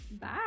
Bye